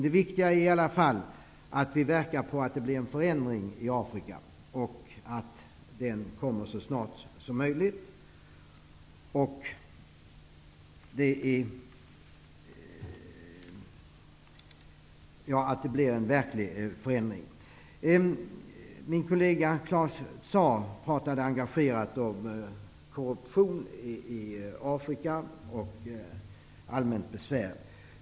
Det viktiga är i alla fall att vi verkar för att det blir en förändring i Afrika och att den kommer så snart som möjligt. Min kollega Claus Zaar pratade engagerat om korruption i Afrika och allmänt besvär.